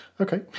Okay